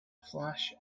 flash